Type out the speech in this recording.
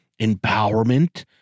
empowerment